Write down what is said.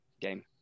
game